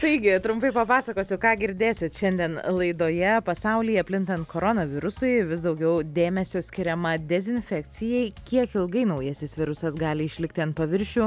taigi trumpai papasakosiu ką girdėsit šiandien laidoje pasaulyje plintant koronavirusui vis daugiau dėmesio skiriama dezinfekcijai kiek ilgai naujasis virusas gali išlikti ant paviršių